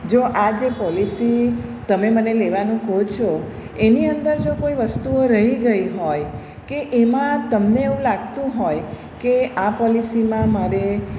જો આ જે પોલિસી તમે મને લેવાનું કહો છો એની અંદર જો કોઈ વસ્તુઓ રહી ગઈ હોય કે એમાં તમને એવું લાગતું હોય કે પોલિસીમાં મારે